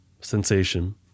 sensation